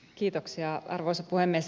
kiitoksia arvoisa puhemies